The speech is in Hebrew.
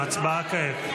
הצבעה כעת.